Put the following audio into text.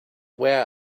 where